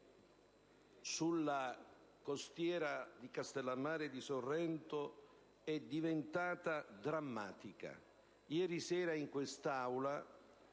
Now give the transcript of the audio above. sulla costiera Castellammare di Sorrento è diventata drammatica. Ieri sera in questa Aula